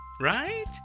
Right